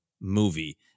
movie